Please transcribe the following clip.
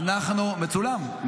וחד-משמעית: אנחנו --- תיזהר, זה מצולם.